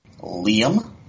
Liam